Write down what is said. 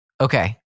Okay